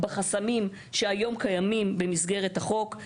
שכיום קיימים במסגרת החוק.